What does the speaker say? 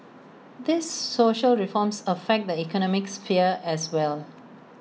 these social reforms affect the economic sphere as well